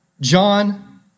John